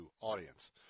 audience